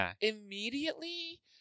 immediately